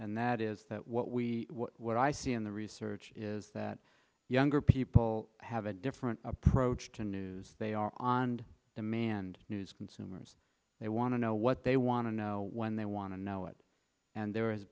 and that is that what we what i see in the research is that younger people have a different approach to news they are on demand news consumers they want to know what they want to know when they want to know it and there